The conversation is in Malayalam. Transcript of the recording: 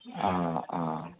ആ ആ